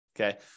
okay